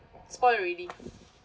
spoiled already